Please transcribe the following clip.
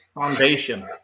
foundation